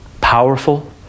powerful